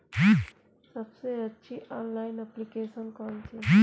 सबसे अच्छी online application कौन सी है?